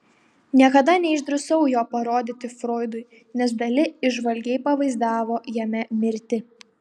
niekada neišdrįsau jo parodyti froidui nes dali įžvalgiai pavaizdavo jame mirtį